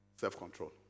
self-control